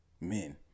men